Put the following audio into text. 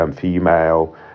female